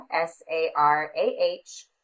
S-A-R-A-H